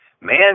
Man